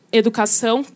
educação